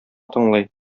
тыңлый